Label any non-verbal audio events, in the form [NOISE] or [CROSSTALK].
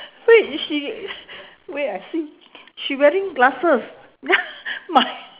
wait she [LAUGHS] wait I see she wearing glasses ya [LAUGHS] my